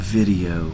video